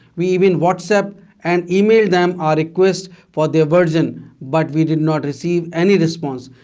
we even whatsapp and emailed them our request for their version but we did not receive any response.